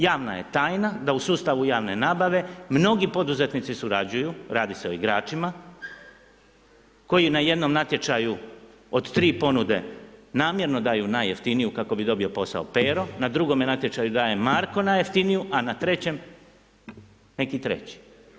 Javna j tajna da u sustavnu javne nabave mnogi poduzetnici surađuju, radi se o igračima koji na jednom natječaju od tri ponude namjerno daju najjeftiniju kako bi dobio posao Pero, na drugom nje natječaju Marko najjeftiniju a na trećem neki treći.